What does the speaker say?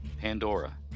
Pandora